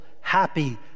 happy